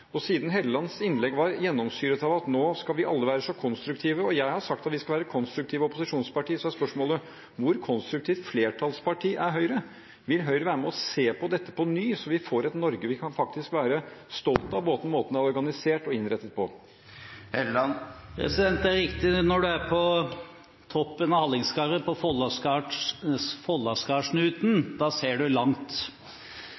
Norge? Siden Hellelands innlegg var gjennomsyret av at nå skal vi alle være så konstruktive – og jeg har sagt at vi skal være et konstruktivt opposisjonsparti – er spørsmålet: Hvor konstruktivt flertallsparti er Høyre? Vil Høyre være med og se på dette på nytt, slik at vi får et Norge som vi kan være stolte av, av måten vi er organisert og innrettet på? Det er riktig at når en er på toppen av Hallingskarvet, på